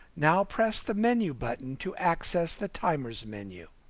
now press the menu button to access the timers menu.